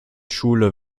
schule